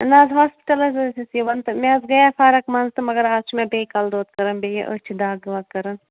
نہ حظ ہاسپِٹَل حظ ٲسۍ أسۍ یِوان تہٕ مےٚ حظ گٔیے فرق منٛزٕ تہٕ مگر آز چھُ مےٚ بیٚیہِ کَلہٕ دود کَران بیٚیہِ أچھ چھِ دَگ وَگ کَران